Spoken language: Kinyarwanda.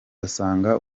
asanga